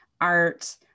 art